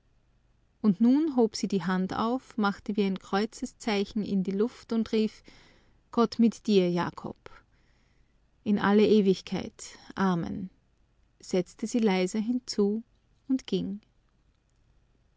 und nun hob sie die hand auf machte wie ein kreuzeszeichen in die luft und rief gott mit dir jakob in alle ewigkeit amen setzte sie leiser hinzu und ging